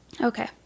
Okay